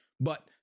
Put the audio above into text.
But-